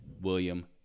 William